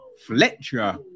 Fletcher